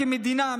כמדינה,